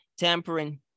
Tampering